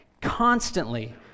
constantly